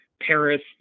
Paris